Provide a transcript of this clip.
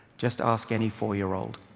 just ask any four-year-old.